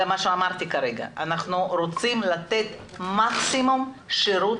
אמרתי שאנחנו רוצים לתת מקסימום שירות